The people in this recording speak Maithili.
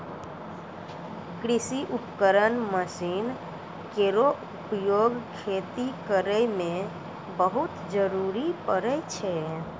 कृषि उपकरण मसीन केरो उपयोग खेती करै मे बहुत जरूरी परै छै